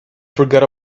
forgot